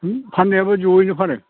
फाननायाबो जयैनो फानो